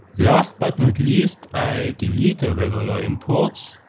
last but not least, i delete the regular imports.